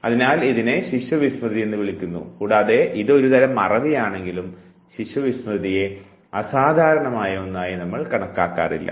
അതിനാൽ ഇതിനെ ശിശു വിസ്മൃതി എന്ന് വിളിക്കുന്നു കൂടാതെ ഇത് ഒരു തരം മറവി ആണെങ്കിലും ശിശു വിസ്മൃതിയെ അസാധാരണമായി കണക്കാക്കാറില്ല